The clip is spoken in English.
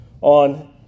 on